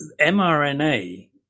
mRNA